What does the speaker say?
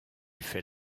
fait